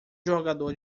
jogador